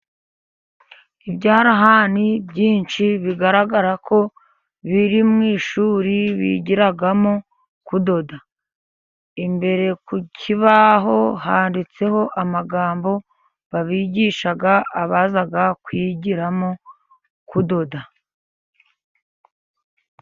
Ibyarahani byinshi bigaragara ko biri mu ishuri bigiramo kudoda. Imbere ku kibaho handitseho amagambo babigisha abaza kwigiramo kudoda.